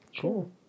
Cool